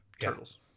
turtles